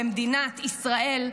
במדינת ישראל,